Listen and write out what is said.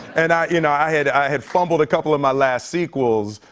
and i you know, i had i had fumbled a couple of my last sequels,